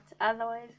otherwise